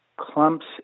clumps